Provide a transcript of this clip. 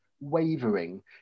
wavering